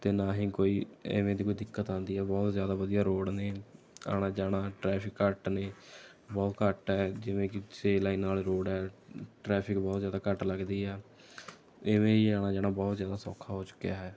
ਅਤੇ ਨਾ ਹੀ ਕੋਈ ਐਵੇਂ ਦੀ ਕੋਈ ਦਿੱਕਤ ਆਉਦੀ ਹੈ ਬਹੁਤ ਜ਼ਿਆਦਾ ਵਧੀਆ ਰੋਡ ਨੇ ਆਉਣਾ ਜਾਣਾ ਟ੍ਰੈਫਿਕ ਘੱਟ ਨਹੀਂ ਬਹੁਤ ਘੱਟ ਹੈ ਜਿਵੇਂ ਕਿ ਛੇ ਲਾਈਨਾਂ ਵਾਲਾ ਰੋਡ ਹੈ ਟ੍ਰੈਫਿਕ ਬਹੁਤ ਜ਼ਿਆਦਾ ਘੱਟ ਲੱਗਦੀ ਹੈ ਇਵੇਂ ਹੀ ਆਉਣਾ ਜਾਣਾ ਬਹੁਤ ਜ਼ਿਆਦਾ ਸੌਖਾ ਹੋ ਚੁੱਕਿਆ ਹੈ